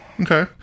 Okay